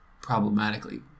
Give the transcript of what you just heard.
problematically